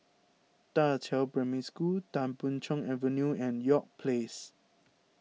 Da Qiao Primary School Tan Boon Chong Avenue and York Place